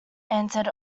answered